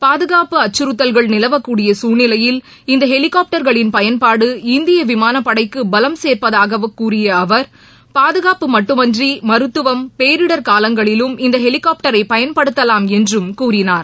பாதுகாப்பு அச்சுறத்தல்கள் நிலவக்கூடிய சூழ்நிலையில் இந்த ஹெலிகாப்டர்களின் பயன்பாடு இந்திய விமானப்படைக்கு பலம் சேர்ப்பதாகவும் கூறிய அவர் பாதுகாப்பு மட்டுமின்றி மருத்துவம் பேரிடர் காலங்களிலும் இந்த ஹெலிகாப்டரை பயன்படுத்தவாம் என்றும் கூறினார்